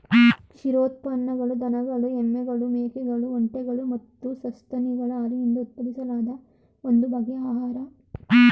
ಕ್ಷೀರೋತ್ಪನ್ನಗಳು ದನಗಳು ಎಮ್ಮೆಗಳು ಮೇಕೆಗಳು ಒಂಟೆಗಳು ಮತ್ತು ಸಸ್ತನಿಗಳ ಹಾಲಿನಿಂದ ಉತ್ಪಾದಿಸಲಾದ ಒಂದು ಬಗೆಯ ಆಹಾರ